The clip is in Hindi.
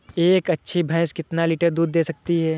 एक अच्छी भैंस कितनी लीटर दूध दे सकती है?